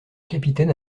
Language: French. capitaine